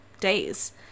days